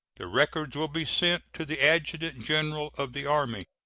the records will be sent to the adjutant-general of the army.